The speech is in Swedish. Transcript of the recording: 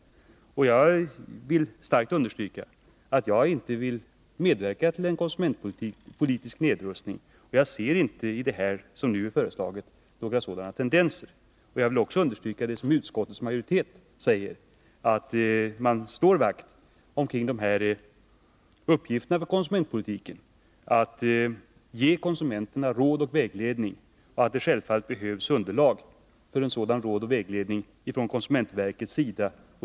Jag vill understryka att jag inte vill medverka till en konsumentpolitisk nedrustning, och jag ser inte i det som nu är föreslaget några sådana tendenser. Jag erinrar också om att utskottets majoritet särskilt framhåller uppgiften att ge konsumenterna råd och vägledning samt att det behövs underlag för sådan vägledning från konsumentverkets sida.